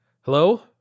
Hello